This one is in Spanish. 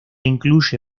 incluye